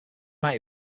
might